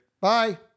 Bye